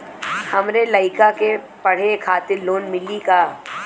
हमरे लयिका के पढ़े खातिर लोन मिलि का?